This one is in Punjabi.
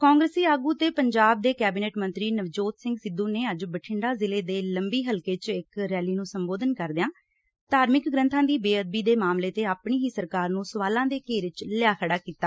ਕਾਂਗਰਸੀ ਆਗੁ ਤੇ ਪੰਜਾਬ ਦੇ ਕੈਬਨਿਟ ਮੰਤਰੀ ਨਵਜੋਤ ਸਿੰਘ ਸਿੱਧੁ ਨੇ ਅੱਜ ਬਠਿੰਡਾ ਜ਼ਿਲ੍ਜੇ ਦੇ ਲੰਬੀ ਹਲਕੇ ਚ ਇਕ ਰੈਲੀ ਨੂੰ ਸੰਬੋਧਨ ਕਰਦਿਆਂ ਧਾਰਮਿਕ ਗ੍ਰੰਥਾਂ ਦੀ ਬੇਅਦਬੀ ਦੇ ਮਾਮਲੇ ਤੇ ਆਪਣੀ ਹੀ ਸਰਕਾਰ ਨੂੰ ਸਵਾਲਾਂ ਦੇ ਘੇਰੇ ਚ ਲਿਆ ਖੜਾ ਕੀਤਾ